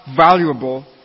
valuable